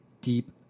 deep